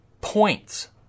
points